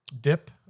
dip